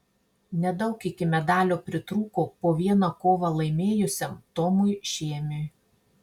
nedaug iki medalio pritrūko po vieną kovą laimėjusiam tomui šėmiui